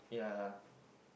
yeah